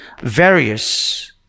various